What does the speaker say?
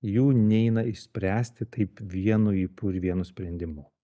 jų neina išspręsti taip vienu ypu ir vienu sprendimu